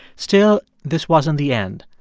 still, this wasn't the end.